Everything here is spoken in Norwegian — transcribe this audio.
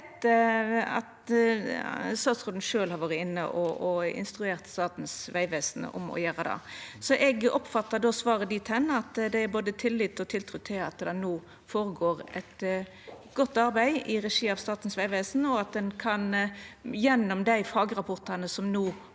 etter at statsråden sjølv har vore inne og instruert Statens vegvesen om å gjera det. Eg oppfattar svaret frå statsråden dit hen at det er både tillit og tiltru til at det no føregår eit godt arbeid i regi av Statens vegvesen, og at ein gjennom dei fagrapportane som no